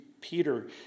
Peter